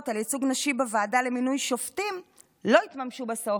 לייצוג נשי בוועדה למינוי שופטים לא יתממשו בסוף.